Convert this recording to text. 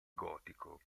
gotico